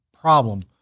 problem